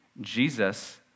Jesus